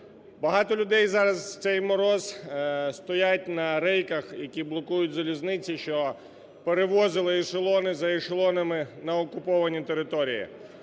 Багато людей зараз в цей мороз стоять на рейках, які блокують залізниці, що перевозили ешелони за ешелонами на окуповані території.